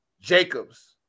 Jacobs